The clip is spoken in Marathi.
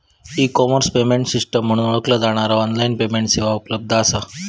ई कॉमर्स पेमेंट सिस्टम म्हणून ओळखला जाणारा ऑनलाइन पेमेंट सेवा उपलब्ध असा